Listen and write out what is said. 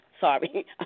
sorry